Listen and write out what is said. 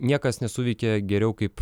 niekas nesuveikia geriau kaip